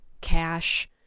cash